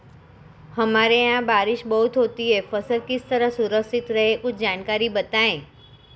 हमारे यहाँ बारिश बहुत होती है फसल किस तरह सुरक्षित रहे कुछ जानकारी बताएं?